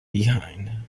behind